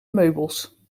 meubels